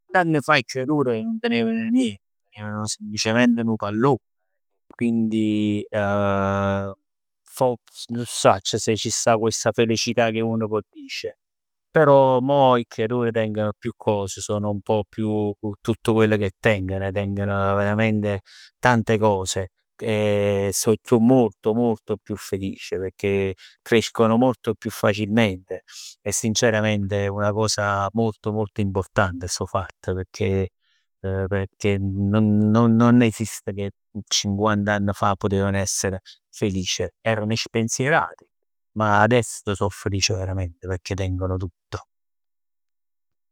Vint anni fa 'e creature nun teneveno nient, teneven semplicemente nu pallone, quindi forse, nun 'o sacc se c' sta chesta felicità che uno po' dicere. Però mo 'e creature tengono più cose, sono un pò più, tutto quello che tengono. Tengono veramente tante cose. E so chiù, molto molto chiù felici pecchè crescono molto più facilmente e sinceramente è una cosa molto molto importante stu fatt pecchè, pecchè non non esiste che cinquant'anni fa putevan essere felic, putevan essere spensierati, ma adesso so felici verament pecchè tengono tutto.